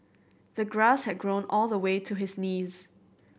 the grass had grown all the way to his knees